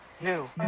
New